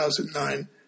2009